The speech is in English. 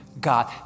God